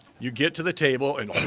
you get to the table, and